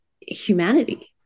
humanity